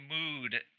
mood